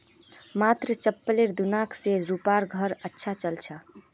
मात्र चप्पलेर दुकान स रूपार घर अच्छा चल छ